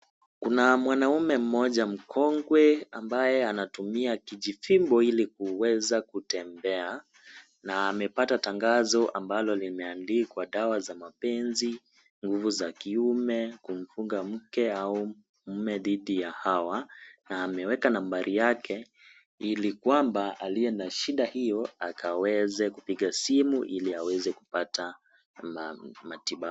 Kuna mwanaume mmoja mkongwe ambaye anatunia kijitimbo ilikuweza kutembea na amepata tangazo ambalo limeandikwa dawa za mapenzi nguvu za kiume kumfunga mke au mume didhi ya hawa na ameweka nambari yake ilikwamba aliye na shida hiyo akaweze kupiga simu iliakaweze kupata matibabu.